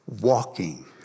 walking